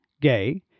gay